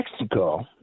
Mexico